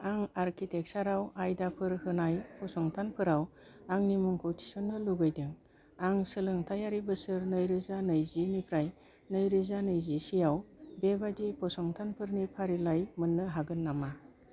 आं आर्किटेकसारआव आयदाफोर होनाय फसंथानफोराव आंनि मुंखौ थिसननो लुगैदों आं सोलोंथायारि बोसोर नै रोजा नैजिनिफ्राय नै रोजा नैजि सेआव बेबादि फसंथानफोरनि फारिलाइ मोन्नो हागोन नामा